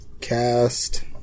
cast